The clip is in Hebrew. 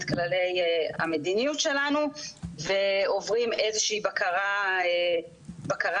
הכללי המדיניות שלנו ועוברים איזושהי בקרה אנושית,